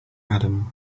adam